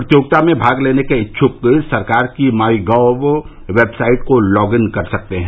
प्रतियोगिता में भाग लेने के इच्छुक सरकार की माईगव वेबसाइट को लॉग इन कर सकते हैं